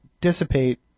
dissipate